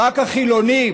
רבותיי,